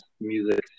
music